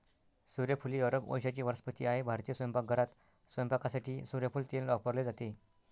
सूर्यफूल ही अरब वंशाची वनस्पती आहे भारतीय स्वयंपाकघरात स्वयंपाकासाठी सूर्यफूल तेल वापरले जाते